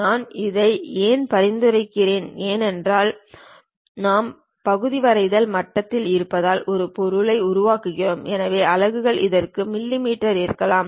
நான் இதை ஏன் பரிந்துரைக்கிறேன் ஏனென்றால் நாம் பகுதி வரைதல் மட்டத்தில் இருப்பதால் ஒரு பொருளை உருவாக்குகிறோம் எனவே அலகுகள் இதற்கு மிமீ இருக்கலாம்